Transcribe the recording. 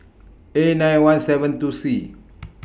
A nine one seven two C